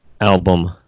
album